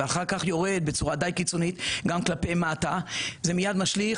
ואחר כך יורד בצורה די קיצונית כלפי מטה זה משליך,